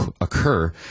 occur